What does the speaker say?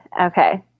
Okay